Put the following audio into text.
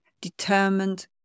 determined